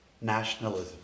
nationalism